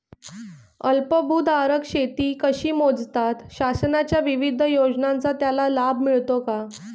अल्पभूधारक शेती कशी मोजतात? शासनाच्या विविध योजनांचा त्याला लाभ मिळतो का?